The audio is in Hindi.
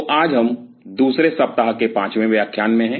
तो आज हम दूसरे सप्ताह के पांचवें व्याख्यान में हैं